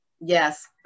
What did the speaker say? Yes